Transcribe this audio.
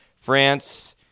France